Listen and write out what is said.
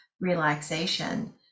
relaxation